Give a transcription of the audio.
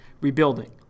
rebuilding